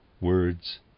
words